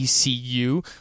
ECU